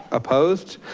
opposed?